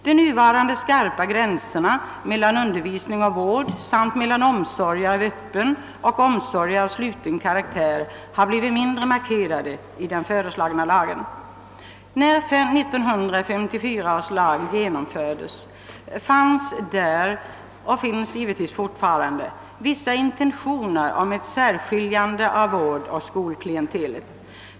De nuvarande skarpa gränserna mellan undervisning och vård samt mellan omsorg av öppen och sluten karaktär har blivit mindre markerade i den föreslagna lagen. När 1954 års lag genomfördes fanns där, och finns givetvis fortfarande, vissa intentioner om ett särskiljande av vårdoch skolklientelet.